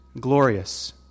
glorious